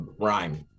rhyme